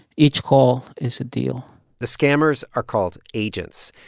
each call is a deal the scammers are called agents.